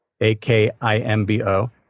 A-K-I-M-B-O